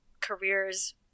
careers